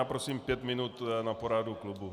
Prosím pět minut na poradu klubu.